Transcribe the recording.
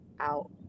out